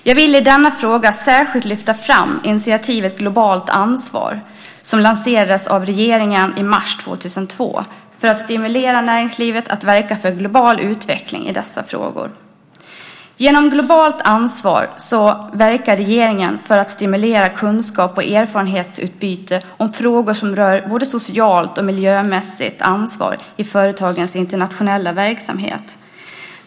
Jag vill i denna fråga särskilt lyfta fram initiativet Globalt ansvar som lanserades av regeringen i mars 2002 för att stimulera näringslivet att verka för global utveckling i dessa frågor. Genom Globalt ansvar verkar regeringen för att stimulera kunskaps och erfarenhetsutbyte om frågor som rör både socialt och miljömässigt ansvar i företagens internationella verksamhet.